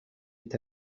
est